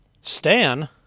Stan